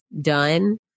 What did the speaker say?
done